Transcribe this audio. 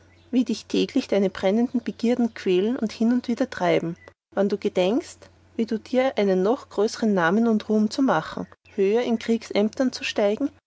wie dich täglich deine brennende begierden quälen und hin und wider treiben wann du gedenkest wie du dir einen noch größern namen und ruhm zu machen höher in kriegsämtern zu steigen